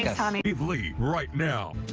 but steve lee right now.